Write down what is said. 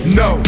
no